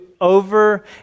over